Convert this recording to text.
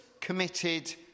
committed